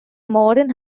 modern